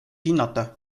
hinnata